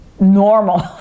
normal